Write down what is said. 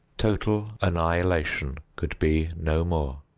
total annihilation could be no more.